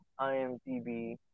IMDb